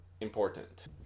important